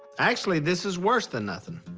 actually, this is worse than nothing.